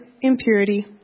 impurity